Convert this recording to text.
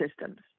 systems